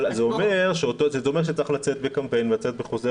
אבל זה אומר שצריך לצאת בקמפיין ולצאת בחוזר